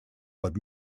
but